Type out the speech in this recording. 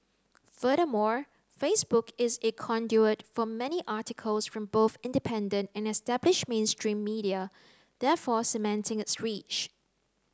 furthermore Facebook is a conduit for many articles from both independent and established mainstream media therefore cementing its reach